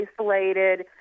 isolated